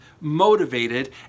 motivated